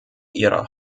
ihrer